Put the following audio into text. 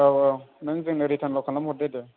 औ औ नों जोंनो रिटार्नल' खालामहरदो दे